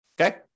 Okay